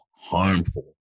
harmful